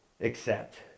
accept